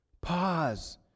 Pause